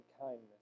kindness